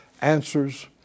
answers